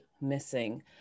missing